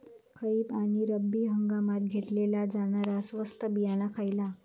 खरीप आणि रब्बी हंगामात घेतला जाणारा स्वस्त बियाणा खयला?